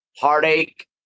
heartache